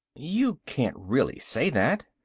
you can't really say that,